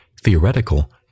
theoretical